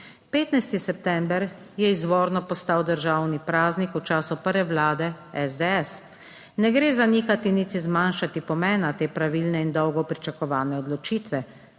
15. september je izvorno postal državni praznik v času prve vlade SDS. Ne gre zanikati niti zmanjšati pomena te pravilne in dolgo pričakovane odločitve,